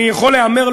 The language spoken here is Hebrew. אני יכול להמר,